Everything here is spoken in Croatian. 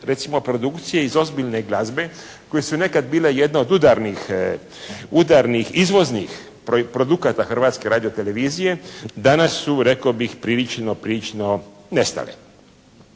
recimo produkcije iz ozbiljne glazbe, koje su nekada bile jedne od udarnih izvoznih produkata Hrvatske radiotelevizije danas su rekao bih prilično nestali.